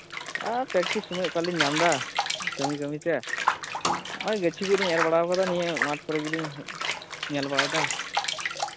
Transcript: ᱟᱨ ᱯᱮᱠᱴᱤᱥ ᱥᱚᱢᱚᱭ ᱚᱠᱟᱨᱮᱞᱤᱧ ᱧᱟᱢ ᱮᱫᱟ ᱠᱟᱹᱢᱤ ᱠᱟᱹᱢᱤᱛᱮ ᱱᱚᱜᱼᱚᱭ ᱜᱟᱹᱪᱷᱤ ᱠᱚᱞᱤᱧ ᱮᱨ ᱵᱟᱲᱟ ᱠᱟᱫᱟ ᱢᱟᱴᱷ ᱠᱚᱨᱮᱜᱮᱞᱤᱧ ᱧᱮᱞ ᱵᱟᱲᱟᱭᱮᱫᱟ